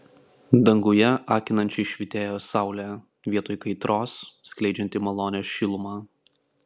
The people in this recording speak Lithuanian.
danguje akinančiai švytėjo saulė vietoj kaitros skleidžianti malonią šilumą